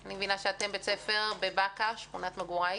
אני מבינה שאתם בית ספר בשכונת בקעה בירושלים.